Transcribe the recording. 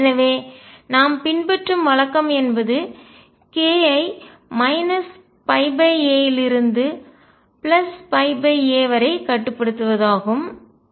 எனவே நாம் பின்பற்றும் வழக்கம் என்பது k ஐ a யிலிருந்து a வரை கட்டுப்படுத்துவதாகும்